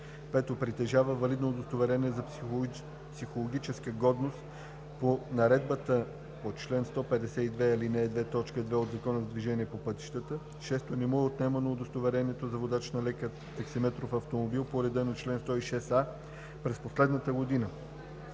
5. притежава валидно удостоверение за психологическа годност по наредбата по чл. 152, ал. 1, т. 2 от Закона за движението по пътищата; 6. не му е отнемано удостоверението на водач на лек таксиметров автомобил по реда на чл. 106а през последната година;